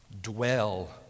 Dwell